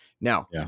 Now